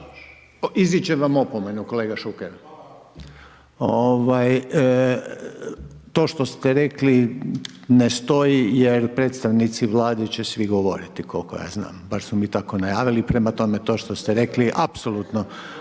izričem vam opomenu kolega Šuker. Ovaj to što ste rekli ne stoji jer predstavnici Vlade će svi govoriti koliko ja znam, bar su mi tako najavili. Prema tome, to što ste rekli apsolutno